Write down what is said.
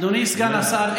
אדוני סגן השר,